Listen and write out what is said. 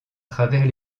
travers